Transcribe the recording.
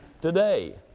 today